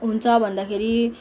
हुन्छ भन्दाखेरि